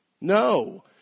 No